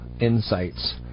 insights